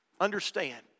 Understand